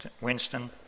Winston